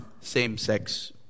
same-sex